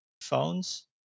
phones